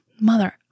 Mother